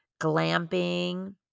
glamping